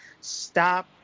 Stop